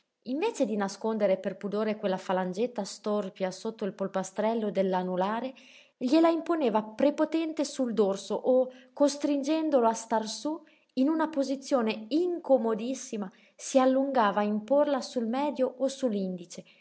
invece di nascondere per pudore quella falangetta storpia sotto il polpastrello dell'anulare gliela imponeva prepotente sul dorso o costringendolo a star sú in una posizione incomodissima si allungava a imporla sul medio o